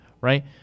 right